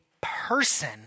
person